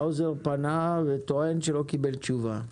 האוזר פנה וטוען שלא קיבל תשובה.